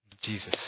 Jesus